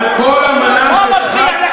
על כל אמנה שהיא חד-צדדית,